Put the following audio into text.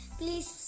please